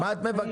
מה את מבקשת?